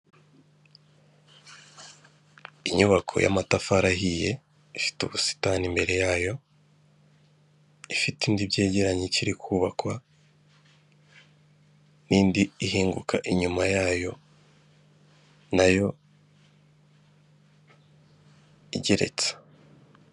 Inyubako y'amatafari ahiye ifite ubusitani imbere yayo, ifite indi byegeraranye Ikiri kubakwa indi ihinguka inyuma yayo nayo igeretse.